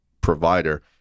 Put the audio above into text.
provider